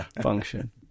function